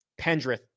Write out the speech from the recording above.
Pendrith